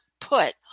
put